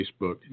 Facebook